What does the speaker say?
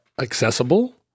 accessible